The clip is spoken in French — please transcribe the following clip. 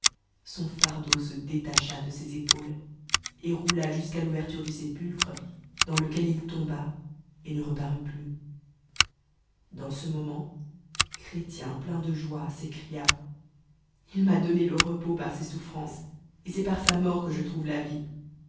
son fardeau se détachai de ses épaules et roula jusqu'à l'ouverture du sépulcre dans lequel il tomba et nerëpatut plus dans ce moment chrétien plein de joie s'écria il m'a donné le repos par ses souffrances e c'esi par sa mort que je trouve la vie